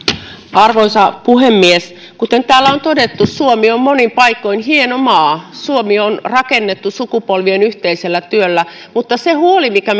arvoisa puhemies kuten täällä on todettu suomi on monin paikoin hieno maa suomi on rakennettu sukupolvien yhteisellä työllä mutta se huoli mikä